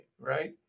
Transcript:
Right